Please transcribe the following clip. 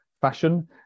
fashion